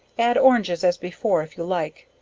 add oranges as before if you like,